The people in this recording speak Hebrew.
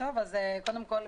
כבוד השרה.